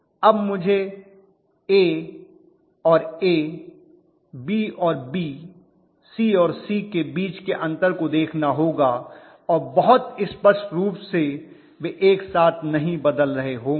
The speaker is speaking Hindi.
अब मुझे ए और ए बी और बी और सी और सी के बीच के अंतर को देखना होगा और बहुत स्पष्ट रूप से वे एक साथ नहीं बदल रहे होंगे